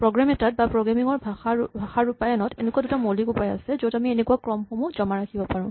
programme এটাত বা programming ৰ ভাষাৰ ৰূপায়ণত এনেকুৱা দুটা মৌলিক উপায় আছে য'ত আমি এনেকুৱা ক্ৰমসমূহ জমা ৰাখিব পাৰিম